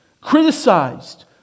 criticized